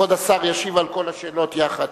כבוד השר ישיב על כל השאלות יחד.